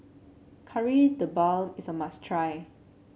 Kari Debal is a must try